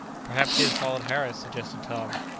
perhaps he has followed harris, suggested tom.